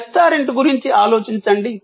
restaurant గురించి ఆలోచించండి